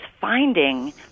finding